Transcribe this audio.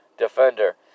defender